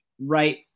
right